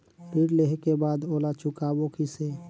ऋण लेहें के बाद ओला चुकाबो किसे?